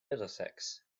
middlesex